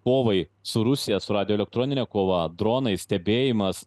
kovai su rusija suradę elektroninę kovą dronai stebėjimas